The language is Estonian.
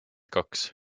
kaks